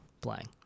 playing